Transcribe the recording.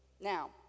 Now